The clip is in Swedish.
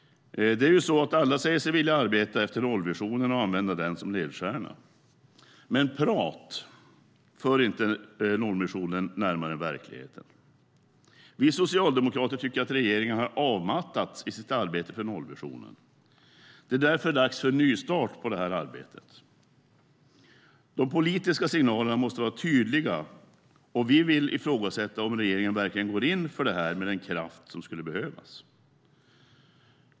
Alla säger sig vilja arbeta för nollvisionen och använda den som ledstjärna, men prat för inte nollvisionen närmare verkligheten. Vi socialdemokrater tycker att regeringen har avmattats i sitt arbete för nollvisionen. Det är därför dags för en nystart på det arbetet. De politiska signalerna måste vara tydliga. Vi vill ifrågasätta om regeringen verkligen går in för detta med den kraft som skulle behövas.